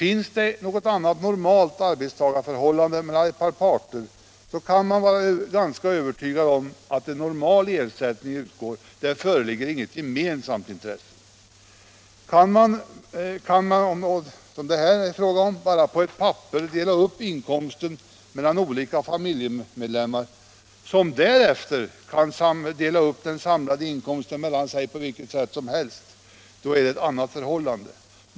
I ett normalt arbetstagarförhållande mellan två parter utgår — det kan vi vara ganska övertygande om — också en normal ersättning. Där föreligger inget gemensamt intresse. Kan man, vilket det här är fråga om, på ett papper dela upp inkomsten mellan olika familjemedlemmar, som därefter kan dela upp den samlade inkomsten mellan sig på vilket sätt som helst, då är det ett annat förhållande.